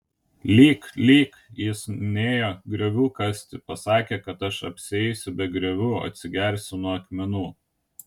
lyk lyk jis nėjo griovių kasti pasakė kad aš apsieisiu be griovių atsigersiu nuo akmenų